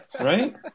right